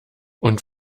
und